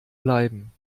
bleiben